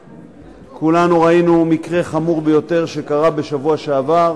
כולנו ראינו מקרה חמור ביותר שקרה בשבוע שעבר